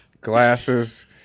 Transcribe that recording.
glasses